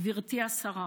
גברתי השרה,